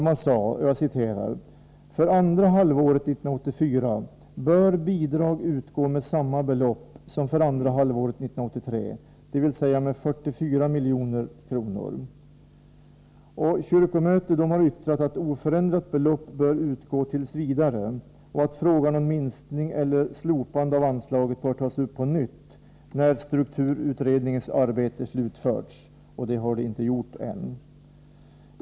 Man sade att för andra halvåret 1984 bör bidrag utgå med samma belopp som för andra halvåret 1983, dvs. med 44 milj.kr. Kyrkomötet har yttrat att oförändrat belopp bör utgå t. v. och att frågan om minskning eller slopande av anslaget bör tas upp på nytt när strukturutredningens arbete slutförts — och det har inte slutförts än.